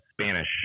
Spanish